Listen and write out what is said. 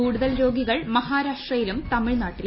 കൂടുതൽ രോഗികൾ മഹാരാഷ്ട്രയിലും തമിഴ്നാട്ടിലും